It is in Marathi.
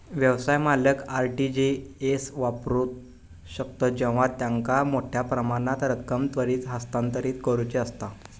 व्यवसाय मालक आर.टी.जी एस वापरू शकतत जेव्हा त्यांका मोठ्यो प्रमाणात रक्कम त्वरित हस्तांतरित करुची असता